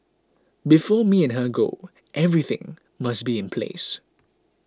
before me and her go everything must be in place